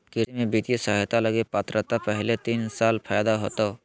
कृषि में वित्तीय सहायता लगी पात्रता पहले तीन साल फ़ायदा होतो